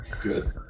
good